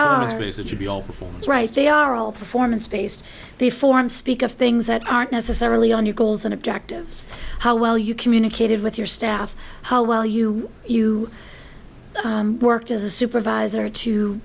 performance right they are all performance based they form speak of things that aren't necessarily on your goals and objectives how well you communicated with your staff how well you you worked as a supervisor to